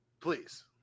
Please